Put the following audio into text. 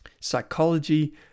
psychology